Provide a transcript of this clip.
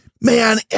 Man